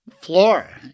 floor